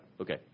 okay